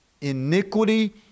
iniquity